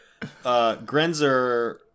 Grenzer